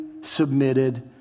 submitted